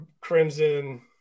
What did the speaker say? crimson